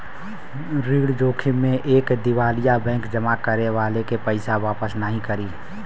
ऋण जोखिम में एक दिवालिया बैंक जमा करे वाले के पइसा वापस नाहीं करी